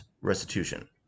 restitution